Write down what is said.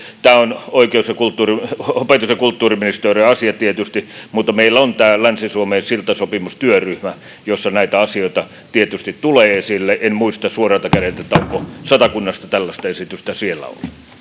tämä on opetus ja kulttuuriministeriön asia tietysti mutta meillä on tämä länsi suomen siltasopimustyöryhmä jossa näitä asioita tietysti tulee esille en muista suoralta kädeltä onko satakunnasta tällaista esitystä siellä ollut